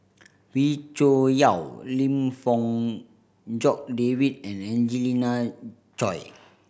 Wee Cho Yaw Lim Fong Jock David and Angelina Choy